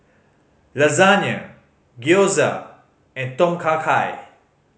Lasagna Gyoza and Tom Kha Gai